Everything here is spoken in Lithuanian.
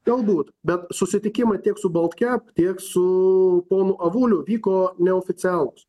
galbūt bet susitikimai tiek su baltcap tiek su ponu avuliu vyko neoficialūs